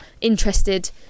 interested